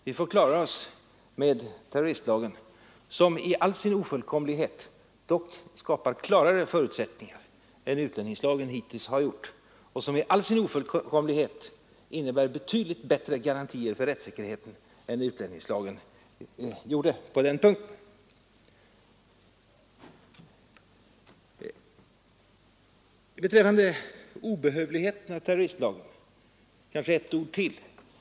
Vi får klara oss med terroristlagen, som i all sin ofullkomlighet dock skapar klarare förutsättningar än utlänningslagen hittills har gjort och som innebär betydligt bättre garantier för rättssäkerheten än utlänningslagen gjorde på den punkten. Jag kanske skall säga ytterligare något om det som har anförts om obehövligheten av terroristlagen.